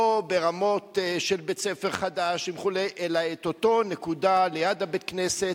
לא ברמות של בית-ספר חדש וכו' אלא באותה נקודה ליד בית-הכנסת.